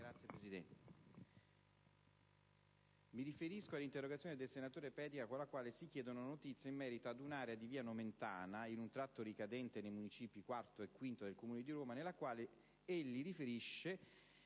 culturali*. Mi riferisco all'interrogazione del senatore Pedica con la quale si chiedono notizie in merito ad un'area in via Nomentana, in un tratto ricadente nei Municipi IV e V del Comune di Roma, nella quale egli riferisce